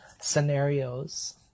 scenarios